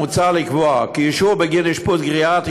מוצע לקבוע כי אישור בגין אשפוז גריאטרי